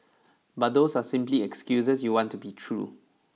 but those are simply excuses you want to be true